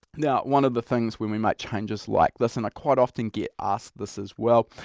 now one of the things when we make changes like this, and i quite often get asked this as well.